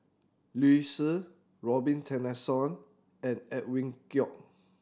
Liu Si Robin Tessensohn and Edwin Koek